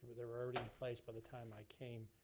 they were already in place by the time i came.